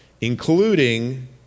including